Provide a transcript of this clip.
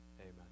amen